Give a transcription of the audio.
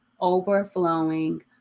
overflowing